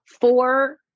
four